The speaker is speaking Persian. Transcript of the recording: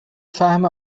فهم